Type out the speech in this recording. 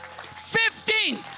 fifteen